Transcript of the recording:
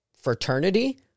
fraternity